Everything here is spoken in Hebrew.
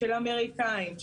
של אמריקאים,